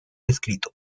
escrito